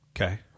Okay